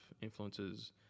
influences